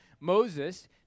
Moses